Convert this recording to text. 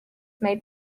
made